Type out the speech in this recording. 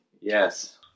Yes